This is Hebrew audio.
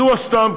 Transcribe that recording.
מדוע סתם?